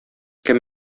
кем